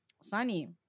Sunny